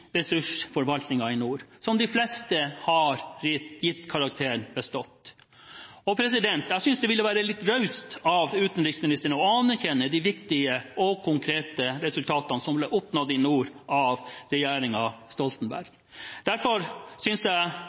nord, som de fleste har gitt karakteren «bestått». Jeg synes det ville være litt raust av utenriksministeren å anerkjenne de viktige og konkrete resultatene som ble oppnådd i nord av regjeringen Stoltenberg. Derfor synes jeg